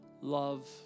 Love